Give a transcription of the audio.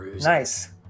Nice